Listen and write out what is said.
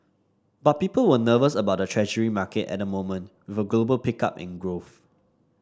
but people were nervous about the Treasury market at the moment with a global pickup in growth